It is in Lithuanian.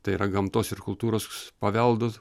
tai yra gamtos ir kultūros paveldo